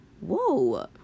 Whoa